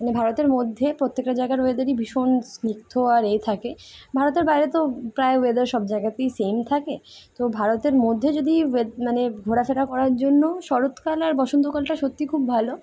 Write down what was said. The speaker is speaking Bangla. মানে ভারতের মধ্যে প্রত্যেকটা জায়গার ওয়েদারই ভীষণ স্নিগ্ধ আর এ থাকে ভারতের বাইরে তো প্রায় ওয়েদার সব জায়গাতেই সেম থাকে তো ভারতের মধ্যে যদি মানে ঘোরাফেরা করার জন্য শরৎকাল আর বসন্তকালটা সত্যিই খুব ভালো